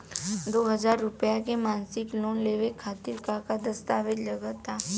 दो हज़ार रुपया के मासिक लोन लेवे खातिर का का दस्तावेजऽ लग त?